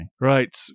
Right